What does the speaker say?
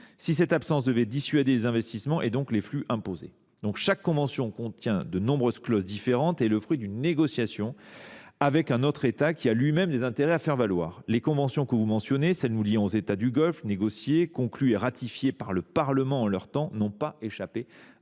si cette absence devait dissuader les investissements, donc les flux imposés. Chaque convention contient de nombreuses clauses différentes et est le fruit d’une négociation avec un autre État, qui a lui-même des intérêts à faire valoir. Les conventions que vous mentionnez, celles qui nous lient aux États du Golfe et qui sont négociées, conclues et ratifiées par le Parlement en leur temps, n’ont pas échappé